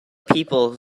people